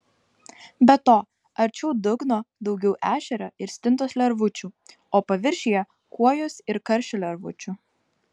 be to arčiau dugno daugiau ešerio ir stintos lervučių o paviršiuje kuojos ir karšio lervučių